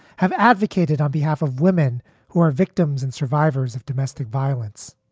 have advocated on behalf of women who are victims and survivors of domestic violence.